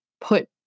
put